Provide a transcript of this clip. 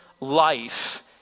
life